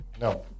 No